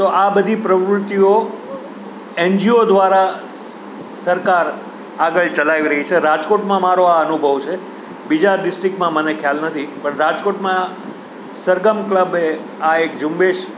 તો આ બધી પ્રવૃત્તિઓ એનજીઓ દ્વારા સરકાર આગળ ચલાવી રહી છે રાજકોટમાં મારો આ અનુભવ છે બીજા ડિસ્ટ્રિક્ટમાં મને ખ્યાલ નથી પણ રાજકોટમાં સરગમ ક્લબે આ એક ઝુંબેશ